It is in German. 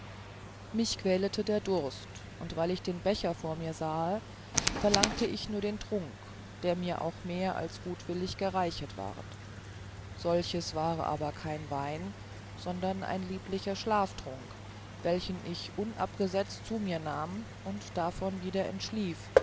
mich quälete der durst und weil ich den becher vor mir sahe verlangte ich nur den trunk der mir auch mehr als gutwillig gereichet ward solches war aber kein wein sondern ein lieblicher schlaftrunk welchen ich unabgesetzt zu mir nahm und davon wieder entschlief